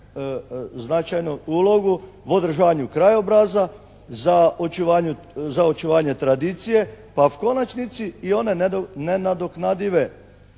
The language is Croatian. značajnu ulogu u održavanju krajobraza, za očuvanje tradicije, pa u konačnici i one nenadoknadive